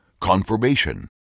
confirmation